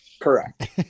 correct